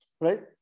right